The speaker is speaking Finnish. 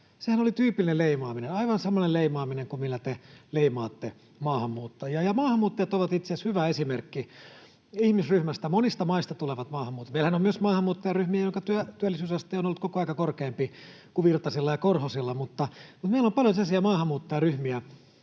Sehän oli tyypillinen leimaaminen, aivan samanlainen leimaaminen kuin millä te leimaatte maahanmuuttajia. Maahanmuuttajat ovat itse asiassa hyvä esimerkki ihmisryhmästä, monista maista tulevat maahanmuuttajat. Meillähän on myös maahanmuuttajaryhmiä, joiden työllisyysaste on ollut koko ajan korkeampi kuin virtasilla ja korhosilla, mutta meillä on paljon sellaisia maahanmuuttajaryhmiä,